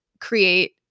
create